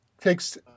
takes